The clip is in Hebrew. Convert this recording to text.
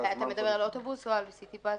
אתה מדבר על אוטובוס או על סיטי פס?